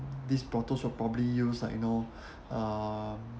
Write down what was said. these brothels will probably use like you know um